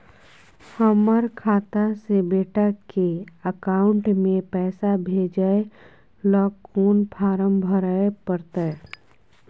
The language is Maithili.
हमर खाता से बेटा के अकाउंट में पैसा भेजै ल कोन फारम भरै परतै?